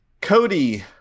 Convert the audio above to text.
Cody